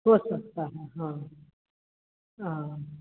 हो सकता है हाँ हाँ